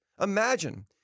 Imagine